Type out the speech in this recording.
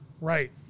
Right